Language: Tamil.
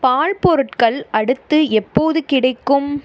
பால் பொருட்கள் அடுத்து எப்போது கிடைக்கும்